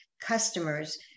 customers